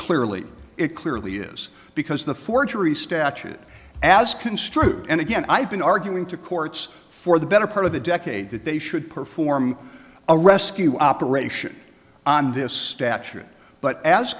clearly it clearly is because the forgery statute as construed and again i've been arguing to courts for the better part of a decade that they should perform a rescue operation on this statute but as